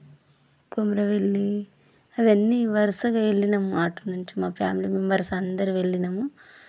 ఉండవిల్లీ అవన్నీ వరసగా వెళ్ళినాం అటు నుంచి మా ఫ్యామిలీ మెంబెర్స్ అందరు వెళ్ళినాము